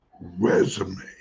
resume